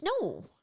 No